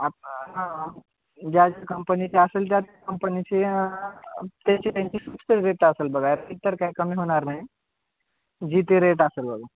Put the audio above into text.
आपण हा ज्या ज्या कंपनीची असेल त्या कंपनीची त्याची त्यांची फिक्स रेट असेल बघा ती तर काय कमी होणार नाही जी ते रेट असेल बघा